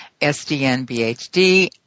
SDNBHD